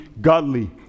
godly